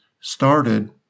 started